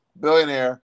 Billionaire